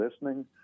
listening